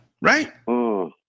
right